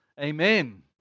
Amen